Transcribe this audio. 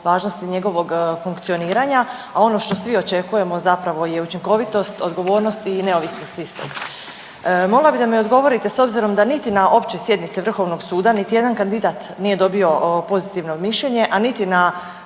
važnosti njegovog funkcioniranja, a ono što svi očekujemo zapravo je učinkovitost, odgovornost i neovisnost istog. Molila bi da mi odgovorite s obzirom da niti na općoj sjednici Vrhovnog suda niti jedan kandidat nije dobio pozitivno mišljenje, a niti na